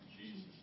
Jesus